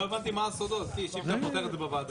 לא הבנתי מה הסודות, אם אתה פותר את זה בוועדה.